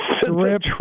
Drip